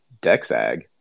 Dexag